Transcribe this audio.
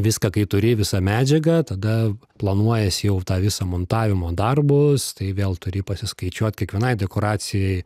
viską kai turi visą medžiagą tada planuojies jau tą visą montavimo darbus tai vėl turi pasiskaičiuot kiekvienai dekoracijai